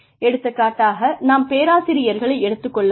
எடுத்துக்காட்டாக நாம் பேராசிரியர்களை எடுத்துக் கொள்ளலாம்